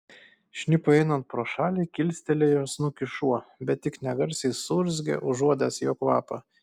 šnipui einant pro šalį kilstelėjo snukį šuo bet tik negarsiai suurzgė užuodęs jo kvapą